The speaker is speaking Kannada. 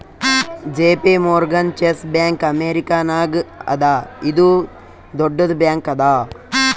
ಜೆ.ಪಿ ಮೋರ್ಗನ್ ಚೆಸ್ ಬ್ಯಾಂಕ್ ಅಮೇರಿಕಾನಾಗ್ ಅದಾ ಇದು ದೊಡ್ಡುದ್ ಬ್ಯಾಂಕ್ ಅದಾ